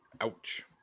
Ouch